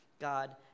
God